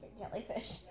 Jellyfish